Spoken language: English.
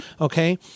Okay